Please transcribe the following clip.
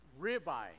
Ribeye